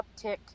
uptick